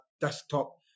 desktop